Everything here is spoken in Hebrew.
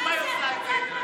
בשביל מה היא עושה את זה?